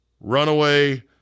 runaway